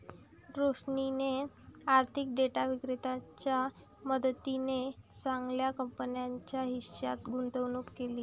रोशनीने आर्थिक डेटा विक्रेत्याच्या मदतीने चांगल्या कंपनीच्या हिश्श्यात गुंतवणूक केली